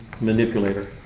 manipulator